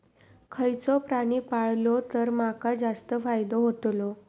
खयचो प्राणी पाळलो तर माका जास्त फायदो होतोलो?